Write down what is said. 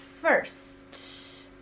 first